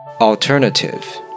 Alternative